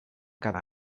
cada